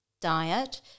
diet